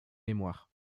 mémoires